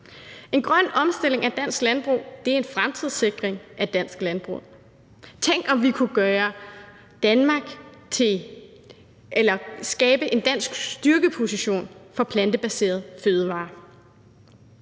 En grøn omstilling af dansk landbrug er en fremtidssikring af dansk landbrug. Tænk, om vi kunne skabe en dansk styrkeposition for plantebaserede fødevarer.